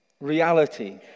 Reality